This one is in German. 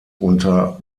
unter